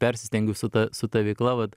persistengiu su ta su ta veikla vat